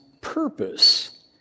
purpose